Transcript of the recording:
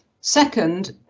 Second